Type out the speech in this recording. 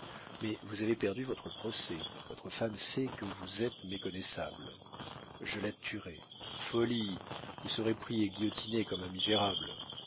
mais vous avez perdu votre procès votre femme sait que vous êtes méconnaissable je la tuerai folie vous serez pris et guillotiné comme un misérable